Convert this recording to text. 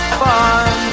fun